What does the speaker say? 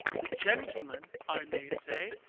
the gentleman, i may say,